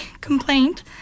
complaint